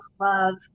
love